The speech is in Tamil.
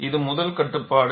இது முதல் கட்டுப்பாடு